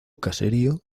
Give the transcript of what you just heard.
caserío